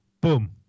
boom